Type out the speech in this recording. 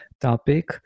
topic